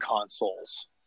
Consoles